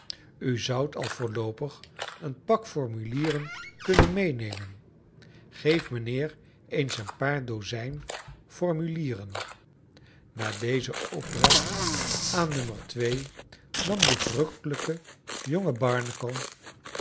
u zoudt al voorloopig een pak formulieren kunnen meenemen geef mijnheer eens een paar dozijn formulieren na deze opdracht aan no nam die vcrrukkelijke jonge